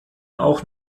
auch